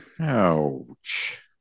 Ouch